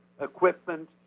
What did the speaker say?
equipment